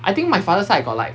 I think my father side got like